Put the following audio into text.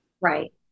Right